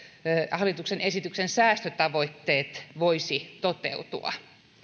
hallituksen esityksen säästötavoitteet voisivat toteutua